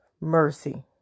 mercy